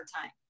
time